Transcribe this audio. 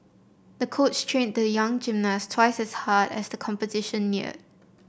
the coach trained the young gymnast twice as hard as the competition neared